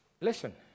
Listen